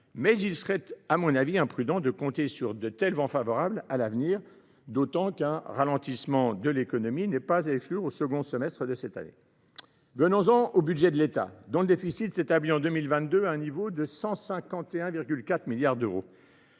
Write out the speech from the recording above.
mais il serait imprudent de compter sur de tels vents favorables à l’avenir, d’autant qu’un ralentissement de l’économie n’est pas à exclure au second semestre de cette année. J’en viens à présent au budget de l’État, dont le déficit s’établit en 2022 à un niveau de 151,4 milliards d’euros.